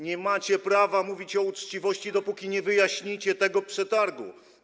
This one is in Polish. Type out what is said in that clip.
Nie macie prawa mówić o uczciwości, dopóki nie wyjaśnicie tego przetargu.